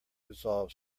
resolve